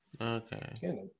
Okay